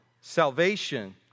Salvation